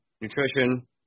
nutrition